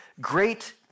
great